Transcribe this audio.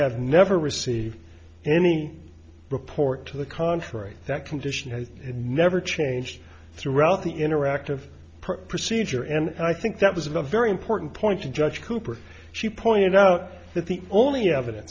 have never received any report to the contrary that condition has never changed throughout the interactive procedure and i think that was a very important point to judge cooper she pointed out that the only